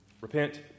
Repent